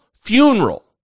funeral